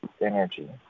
energy